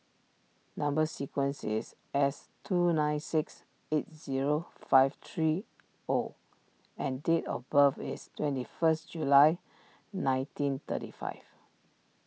Number Sequence is S two nine six eight zero five three O and date of birth is twenty first July nineteen thirty five